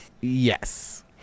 Yes